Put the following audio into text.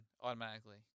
automatically